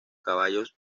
caballos